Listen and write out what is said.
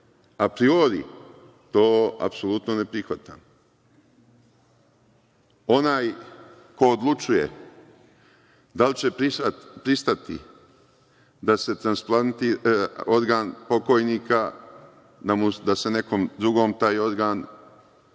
apriori to apsolutno ne prihvatam. Onaj ko odlučuje da li će pristati da se transplantira organ pokojnika, da se nekom drugom taj organ